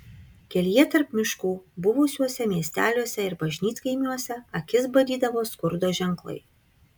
kelyje tarp miškų buvusiuose miesteliuose ir bažnytkaimiuose akis badydavo skurdo ženklai